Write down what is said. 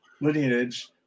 lineage